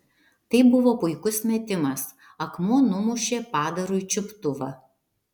tai buvo puikus metimas akmuo numušė padarui čiuptuvą